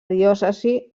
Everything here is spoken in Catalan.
diòcesi